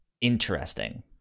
interesting